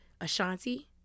ashanti